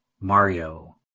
Mario